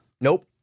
Nope